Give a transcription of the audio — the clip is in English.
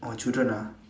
oh children ah